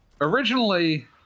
Originally